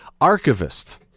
archivist